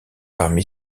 parmi